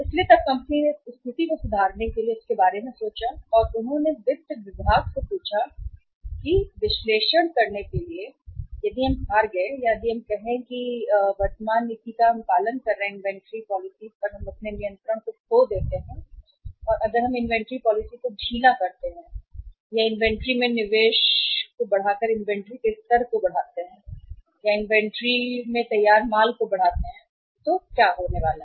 इसलिए तब कंपनी ने इस स्थिति को सुधारने के बारे में सोचा और उन्होंने वित्त विभाग से पूछा विश्लेषण करने के लिए कि यदि हम हार गए या यदि हम कहें तो कहने का मतलब यह नहीं है कि वर्तमान नीति का पालन करें इन्वेंट्री अगर हम इन्वेंट्री पॉलिसी पर नियंत्रण खो देते हैं और अगर हम इन्वेंट्री पॉलिसी को ढीला करते हैं और यदि हम इन्वेंट्री में निवेश के निवेश को बढ़ाकर इन्वेंट्री के स्तर को बढ़ाएं इन्वेंट्री का तैयार माल तो क्या होने वाला है